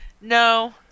No